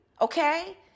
Okay